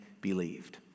believed